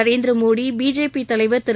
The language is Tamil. நரேந்திரமோடி பிஜேபி தலைவர் திரு